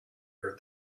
heard